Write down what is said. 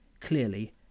clearly